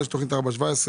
יש תוכנית 4-17,